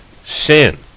sin